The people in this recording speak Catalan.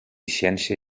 ciència